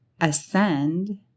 ascend